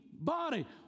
body